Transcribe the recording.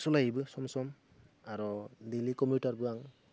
सालायोबो सम सम आरो दैलि कमिउटारबो आं